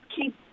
keep